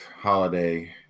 holiday